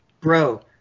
bro